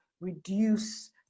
reduce